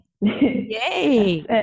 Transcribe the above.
yay